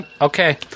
Okay